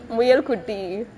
முயல்குட்டி:muyalkutti